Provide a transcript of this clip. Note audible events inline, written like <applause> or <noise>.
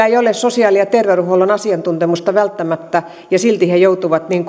<unintelligible> ei ole sosiaali ja terveydenhuollon asiantuntemusta välttämättä silti joutuvat